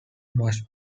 must